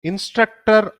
instructor